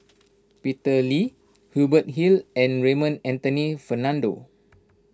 Peter Lee Hubert Hill and Raymond Anthony Fernando